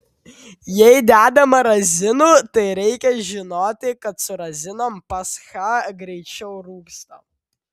jei dedama razinų tai reikia žinoti kad su razinom pascha greičiau rūgsta